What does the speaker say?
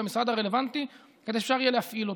המשרד הרלוונטי כדי שיהיה אפשר להפעיל אותו.